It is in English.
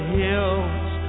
hills